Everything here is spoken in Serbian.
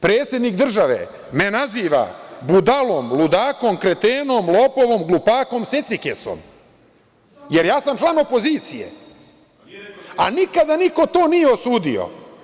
Predsednik države me naziva budalom, ludakom, kretenom, lopovom, glupakom, secikesom, jer ja sam član opozicije, a nikada niko to nije osudio.